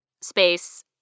space